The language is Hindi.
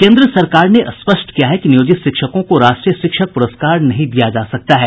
केन्द्र सरकार ने स्पष्ट किया है कि नियोजित शिक्षकों को राष्ट्रीय शिक्षक प्रस्कार नहीं दिया जा सकता है